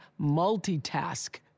multitask